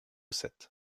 sept